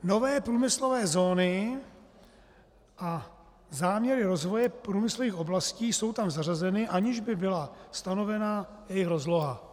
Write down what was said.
Nové průmyslové zóny a záměry rozvoje průmyslových oblastí jsou tam zařazeny, aniž by byla stanovena jejich rozloha.